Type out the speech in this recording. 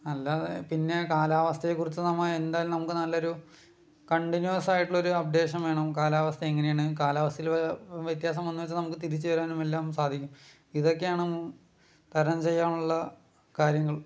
അല്ലാതെ പിന്നെ കാലാവസ്ഥയെ കുറിച്ച് നമ്മൾ എന്തായാലും നമുക്ക് നല്ല ഒരു കണ്ടിന്യൂസ് ആയിട്ടുള്ള ഒരു അപ്ഡേഷൻ വേണം കാലാവസ്ഥ എങ്ങനെയാണ് കാലാവസ്ഥയിൽ വ്യത്യാസം വന്നു എന്നു വെച്ചാൽ തിരിച്ച് വരാനെല്ലാം സാധിക്കും ഇതൊക്കെയാണ് തരണം ചെയ്യാനുള്ള കാര്യങ്ങൾ